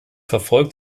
verfolgt